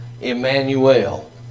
Emmanuel